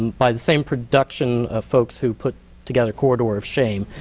by the same production folks who put together corridor of shame.